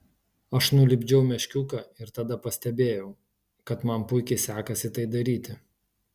aš nulipdžiau meškiuką ir tada pastebėjau kad man puikiai sekasi tai daryti